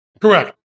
Correct